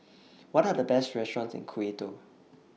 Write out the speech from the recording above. What Are The Best restaurants in Quito